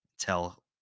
tell